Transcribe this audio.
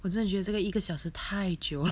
我现在觉得这个一个小时太久